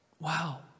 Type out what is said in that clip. Wow